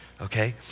Okay